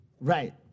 Right